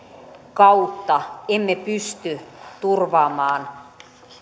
kautta emme pysty turvaamaan